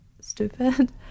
stupid